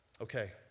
Okay